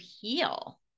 heal